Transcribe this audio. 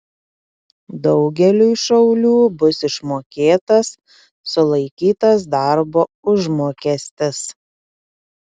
daugeliui šaulių bus išmokėtas sulaikytas darbo užmokestis